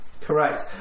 Correct